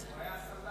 מה זה.